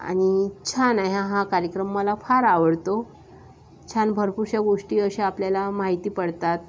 आणि छान आहे ह हा कार्यक्रम मला फार आवडतो छान भरपूरशा गोष्टी अशा आपल्याला माहिती पडतात